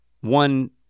one